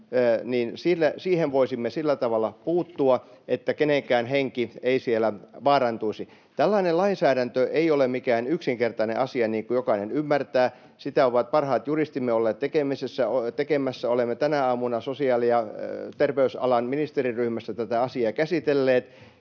niin siihen voisimme sillä tavalla puuttua, että kenenkään henki ei siellä vaarantuisi. Tällainen lainsäädäntö ei ole mikään yksinkertainen asia, niin kuin jokainen ymmärtää, sitä ovat parhaat juristimme olleet tekemässä. Olemme tänä aamuna sosiaali- ja terveysalan ministeriryhmässä tätä asiaa käsitelleet